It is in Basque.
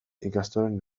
ikastolen